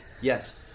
Yes